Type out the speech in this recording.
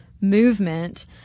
movement